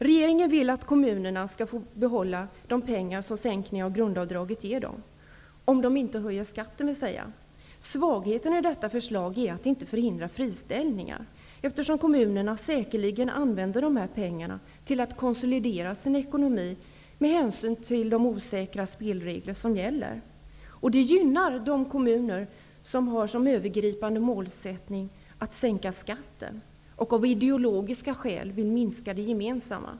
Regeringen vill att kommunerna skall få behålla de pengar som sänkningen av grundavdraget ger dem, om de inte höjer skatten. Svagheten i detta förslag är att det inte förhindrar friställningar, eftersom kommunerna säkerligen använder dessa pengar till att konsolidera sin ekonomi med hänsyn till de osäkra spelregler som gäller. Det gynnar de kommuner som har som övergripande målsättning att sänka skatten och som av ideologiska skäl vill minska det gemensamma.